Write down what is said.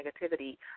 negativity